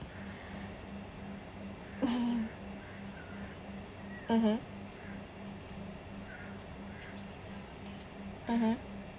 mmhmm mmhmm